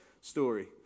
story